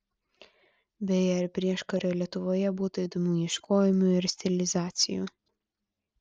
beje ir prieškario lietuvoje būta įdomių ieškojimų ir stilizacijų